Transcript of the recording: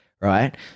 right